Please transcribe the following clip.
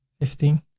fifteen.